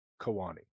Kawani